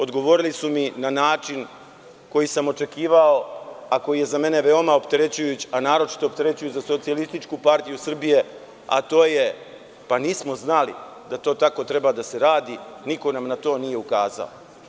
Odgovorili su mi na način koji sam očekivao, ako koji je za mene veoma opterećujući, a naročito opterećujući za Socijalističku partiju Srbije, a to je da nismo znali da to tako treba da se radi, niko nam na to nije ukazao.